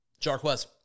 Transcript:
Jarquez